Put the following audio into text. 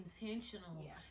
intentional